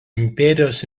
imperijos